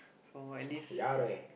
so at least